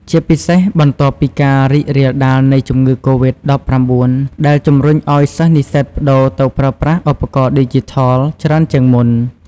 ជាពិសេស បន្ទាប់ពីការរីករាលដាលនៃជំងឺកូរីដ ១៩ ដែលជម្រុញឱ្យសិស្សនិស្សិតប្តូរទៅប្រើប្រាស់ឧបករណ៍ឌីជីថលច្រើនជាងមុន។